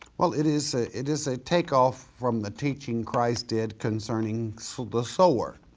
well it is it is a takeoff from the teaching christ did concerning so the sower.